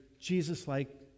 Jesus-like